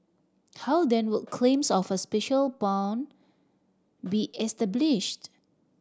how then would claims of a special bond be established